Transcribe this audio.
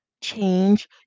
change